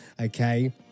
okay